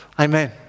Amen